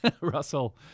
Russell